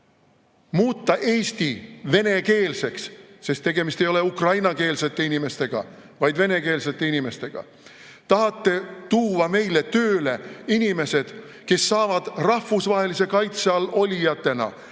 muuta Eesti venekeelseks – sest tegemist ei ole ukrainakeelsete inimestega, vaid venekeelsete inimestega. Te tahate tuua meile tööle inimesed, kes saavad rahvusvahelise kaitse all olijatena